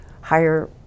higher